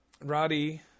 Roddy